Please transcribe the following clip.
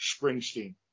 Springsteen